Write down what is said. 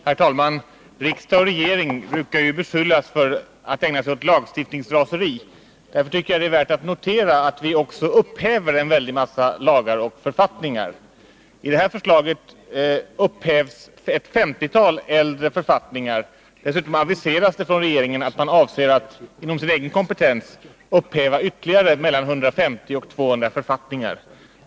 Herr talman! Riksdag och regering brukar skyllas för att ägna sig åt lagstiftningsraseri. Därför tycker jag att det är värt att notera att vi också upphäver en väldig massa lagar och författningar. Genom det här förslaget upphävs ett 50-tal äldre författningar. Dessutom aviseras det från regeringen att man avser att inom sitt eget kompetensområde upphäva ytterligare mellan 150 och 200 författningar.